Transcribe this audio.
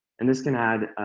and this can add